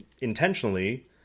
intentionally